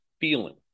feeling